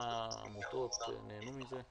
כמה עמותות נהנו מזה?